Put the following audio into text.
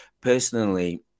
personally